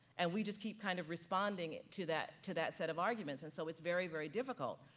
and we just keep kind of responding to that to that set of arguments and so it's very, very difficult.